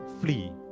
flee